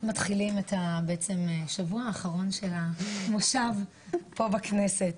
מתחילים את השבוע האחרון של המושב פה בכנסת.